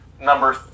Number